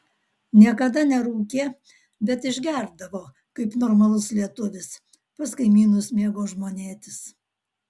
niekada nerūkė bet išgerdavo kaip normalus lietuvis pas kaimynus mėgo žmonėtis